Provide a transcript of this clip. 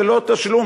ללא תשלום.